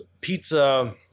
pizza